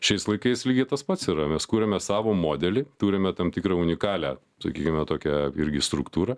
šiais laikais lygiai tas pats yra mes kuriame savo modelį turime tam tikrą unikalią sakykime tokia irgi struktūrą